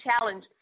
Challenge